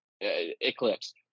Eclipse